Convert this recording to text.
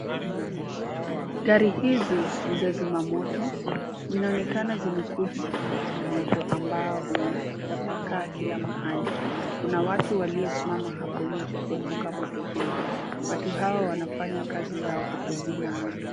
Gari hizi ni za zimamoto. Zinaonekana zimekuja kuzima moto ambao umetapakaa kila mahali. kuna watu waliosimama hapo nje kuepuka moto huo. Watu hawa wanafanya kazi yao kwa kuzima moto.